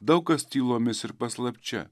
daug kas tylomis ir paslapčia